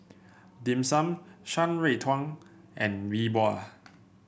Dim Sum Shan Rui Tang and Yi Bua